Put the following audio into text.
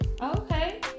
Okay